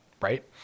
right